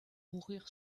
mourir